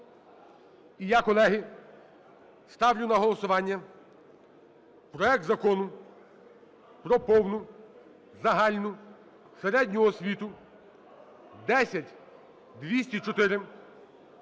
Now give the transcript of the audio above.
І я, колеги, ставлю на голосування проект Закону про повну загальну середню освіту (10204)